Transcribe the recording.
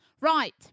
Right